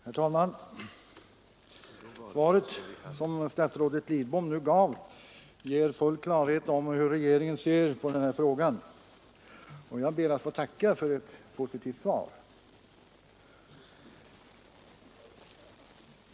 Herr talman! Det svar som statsrådet Lidbom nu lämnat ger full klarhet om hur regeringen ser på denna fråga, och jag ber att få tacka för ett positivt svar.